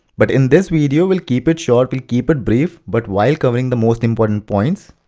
but in this video, we'll keep it short, we'll keep it brief but while covering the most important points.